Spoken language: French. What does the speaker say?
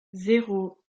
zéro